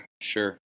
Sure